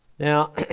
Now